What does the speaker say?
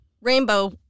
rainbow